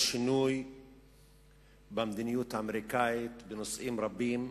יש שינוי במדיניות האמריקנית בנושאים רבים,